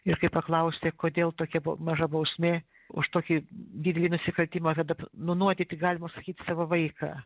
ir kai paklausė kodėl tokia maža bausmė už tokį didelį nusikaltimą kad ap nunuodyti galima sakyt savo vaiką